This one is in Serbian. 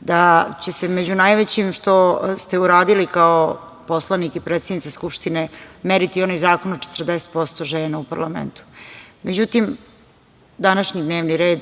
da će se među najvećim što ste uradili kao poslanik i predsednica Skupštine meriti onaj zakon o 40% žena u parlamentu. Međutim, današnji dnevni red